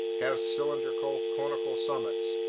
have cylindrical, conical summits,